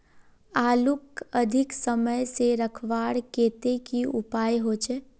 आलूक अधिक समय से रखवार केते की उपाय होचे?